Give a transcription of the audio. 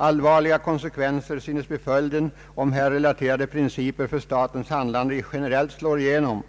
Allvarliga konsekvenser synes bli följden, om här relaterade principer för statens handlande generellt slår igenom;